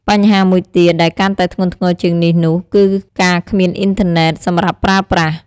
បញ្ហាមួយទៀតដែលកាន់តែធ្ងន់ធ្ងរជាងនេះនោះ គឺការគ្មានអ៊ីនធឺណិតសម្រាប់ប្រើប្រាស់។